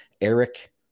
Eric